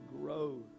grow